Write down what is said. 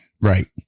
Right